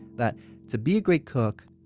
that to be a great cook,